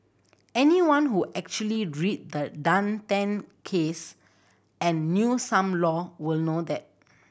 anyone who actually read the Dan Tan case and knew some law will know that